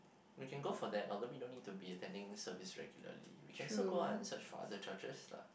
you can go for that other way no need to be attending service regularly we can also go out and search for other charges lah